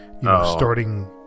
starting